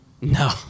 No